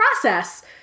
process